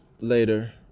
later